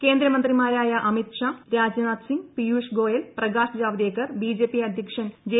കേന്ദ്രമന്ത്രിമാരായ അമിത്ഷാ രാജ്നാഥ്സിംഗ് പിയൂഷ്ഗോയൽ പ്രകാശ് ജാവ്ദേക്കർ ബിജെപി അദ്ധ്യക്ഷൻ ജെ